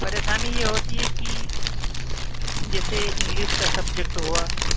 پریشانی یہ ہوتی ہے کہ جیسے انگلش کا سبجیکٹ ہوا